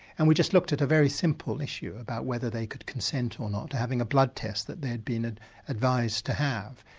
and we just looked at a very simple issue about whether they could consent or not to having a blood test that they'd been advised to have.